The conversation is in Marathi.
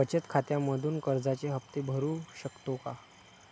बचत खात्यामधून कर्जाचे हफ्ते भरू शकतो का?